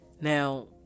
now